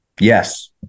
Yes